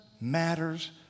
matters